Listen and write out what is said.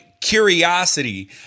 curiosity